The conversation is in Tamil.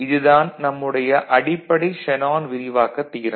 இது தான் நம்முடைய அடிப்படை ஷேனான் விரிவாக்கத் தியரம்